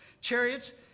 chariots